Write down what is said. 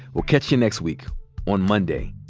we'll catch you next week on monday.